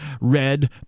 red